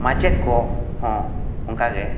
ᱢᱟᱪᱮᱫ ᱠᱚ ᱦᱚᱸ ᱚᱱᱠᱟ ᱜᱮ